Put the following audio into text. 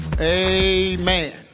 Amen